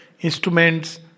instruments